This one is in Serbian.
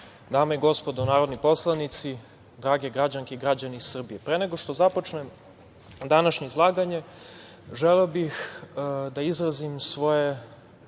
dame i gospodo narodni poslanici, drage građanke i građani Srbije, pre nego što započnem današnje izlaganje želeo bih da izrazim svoje